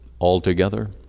altogether